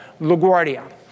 LaGuardia